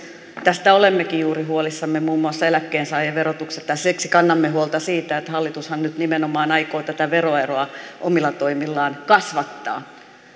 tästä olemmekin juuri huolissamme muun muassa eläkkeensaajan verotuksesta ja siksi kannamme huolta siitä että hallitushan nyt nimenomaan aikoo tätä veroeroa omilla toimillaan kasvattaa